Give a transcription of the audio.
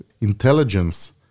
intelligence